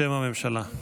בשם הממשלה.